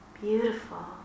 beautiful